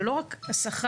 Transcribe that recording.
זה לא רק השכר,